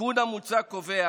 התיקון המוצע קובע